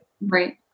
Right